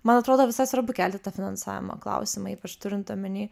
man atrodo visada svarbu kelti tą finansavimo klausimą ypač turint omeny